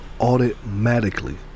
automatically